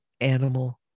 animal